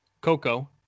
coco